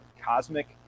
cosmic